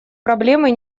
проблемы